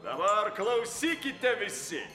dabar klausykite visi